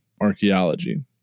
archaeology